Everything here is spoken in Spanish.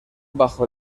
bajo